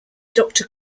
doctor